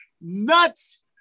nuts